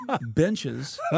benches